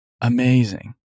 amazing